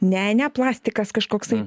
ne ne plastikas kažkoksai